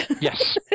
Yes